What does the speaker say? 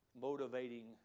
motivating